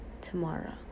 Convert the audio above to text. tomorrow